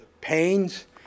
pains